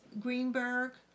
Greenberg